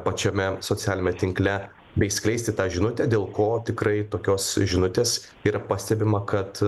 pačiame socialiniame tinkle bei skleisti tą žinutę dėl ko tikrai tokios žinutės yra pastebima kad